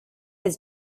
his